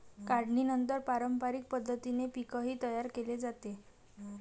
काढणीनंतर पारंपरिक पद्धतीने पीकही तयार केले जाते